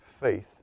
faith